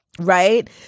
right